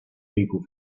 people